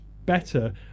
Better